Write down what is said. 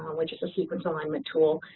which is a sequence alignment tool.